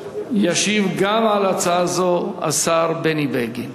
ישיב, גם על הצעה זו, השר בני בגין.